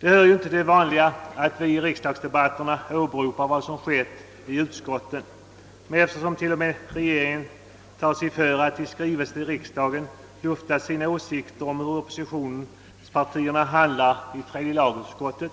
Det hör inte till det vanliga, att vi i riksdagsdebatterna åberopar vad som skett i utskotten, men eftersom till och med regeringen tar sig för att i skrivelse till riksdagen lufta sina åsikter om hur oppositionspartierna handlar i tredje lagutskottet,